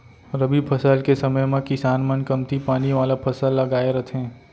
रबी फसल के समे म किसान मन कमती पानी वाला फसल लगाए रथें